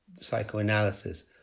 psychoanalysis